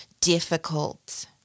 difficult